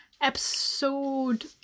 episode